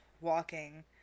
walking